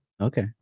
okay